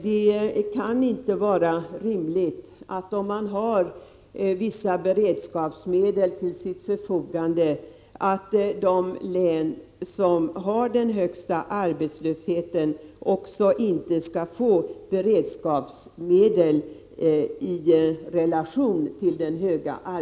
Det måste vara rimligt att sätta beredskapsmedlens storlek i relation till arbetslöshetens omfattning och låta de län som har den högsta arbetslösheten få en större del av de beredskapsmedel som står till förfogande.